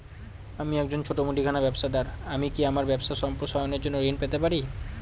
আমি একজন ছোট মুদিখানা ব্যবসাদার আমি কি আমার ব্যবসা সম্প্রসারণের জন্য ঋণ পেতে পারি?